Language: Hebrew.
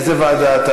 איזו ועדה?